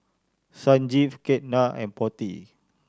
Sanjeev Ketna and Potti